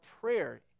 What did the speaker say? prayer